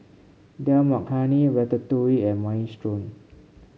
Dal Makhani Ratatouille and Minestrone